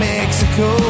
Mexico